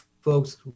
folks